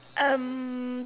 um